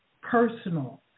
personal